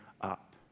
up